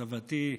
סבתי,